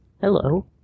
Hello